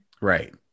Right